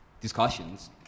discussions